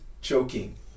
choking